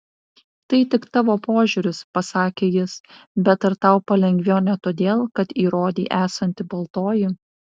tai tik tavo požiūris pasakė jis bet ar tau palengvėjo ne todėl kad įrodei esanti baltoji